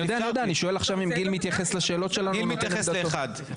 אני שואל עכשיו אם גיל מתייחס לשאלות שלנו ונותן את דעתו.